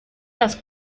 las